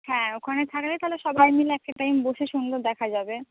হ্যাঁ ওখানে থাকলে তাহলে সবার মিলে একটা টাইম বসে সুন্দর দেখা যাবে